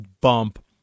bump